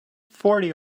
forty